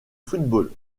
football